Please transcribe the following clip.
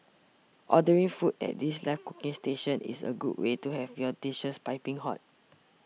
ordering foods at these live cooking stations is a good way to have your dishes piping hot